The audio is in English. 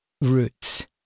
roots